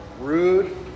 rude